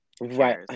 Right